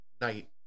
night